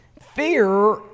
fear